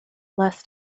less